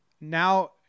now